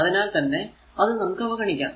അതിനാൽ തന്നെ അത് നമുക്ക് അവഗണിക്കാം